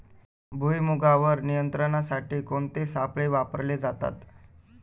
भुईमुगावर नियंत्रणासाठी कोणते सापळे वापरले जातात?